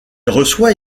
reçoit